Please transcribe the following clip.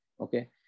Okay